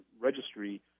Registry